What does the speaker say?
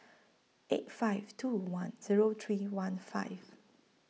eight five two one Zero three one five